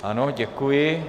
Ano, děkuji.